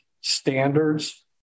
standards